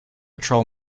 patrol